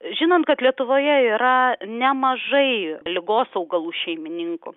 žinant kad lietuvoje yra nemažai ligos augalų šeimininkų